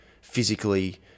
physically